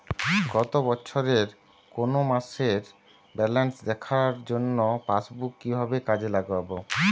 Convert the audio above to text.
গত বছরের কোনো মাসের ব্যালেন্স দেখার জন্য পাসবুক কীভাবে কাজে লাগাব?